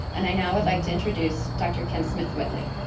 and i now would like to introduce dr. kim smith-whitley.